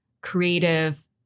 creative